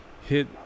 hit